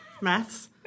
Maths